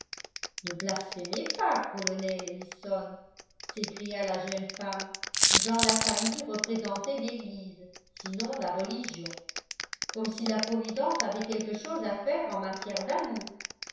ne blasphémez pas colonel ellison s'écria la jeune femme qui dans la famille représentait l'eglise sinon la religion comme si la providence avait quelque chose à faire en matière d'amours